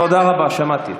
תודה, שמעתי אותך.